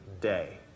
day